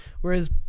Whereas